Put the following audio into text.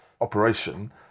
operation